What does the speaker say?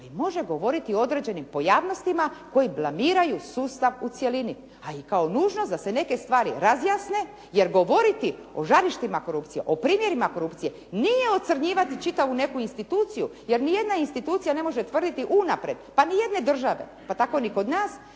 ali može govoriti o određenim pojavnostima koji blamiraju sustav u cjelini. A i kao nužnost da se neke stvari razjasne, jer govoriti o žarištima korupcije, o primjerima korupcije, nije ocrnjivati čitavu neku instituciju, jer nijedna institucija ne može tvrditi unaprijed, pa nijedne države, pa tako ni kod nas